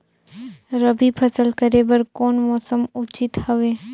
रबी फसल करे बर कोन मौसम उचित हवे?